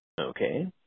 Okay